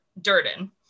Durden